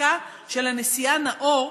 הפסיקה של הנשיאה נאור,